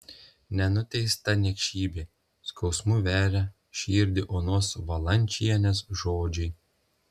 nenuteista niekšybė skausmu veria širdį onos valančienės žodžiai